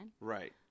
Right